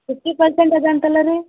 fifty percent ಅದ ಅಂತಲ್ಲ ರೀ